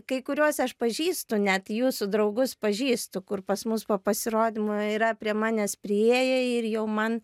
kai kuriuos aš pažįstu net jūsų draugus pažįstu kur pas mus po pasirodymo yra prie manęs priėję ir jau man